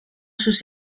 sus